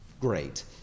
great